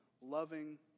loving